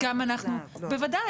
בוודאי.